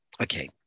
okay